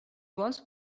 vols